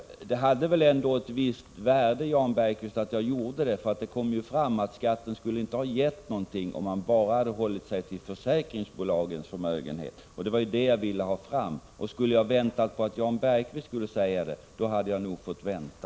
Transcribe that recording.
Och det hade väl ändå ett visst värde, Jan Bergqvist, att jag gjorde det? Det kom ju fram att skatten inte skulle ha gett någonting, om man bara hade hållit sig till försäkringsbolagens förmögenheter, och det var vad jag ville ha fram. Skulle jag ha väntat på att Jan Bergqvist skulle säga det, då hade jag nog fått vänta!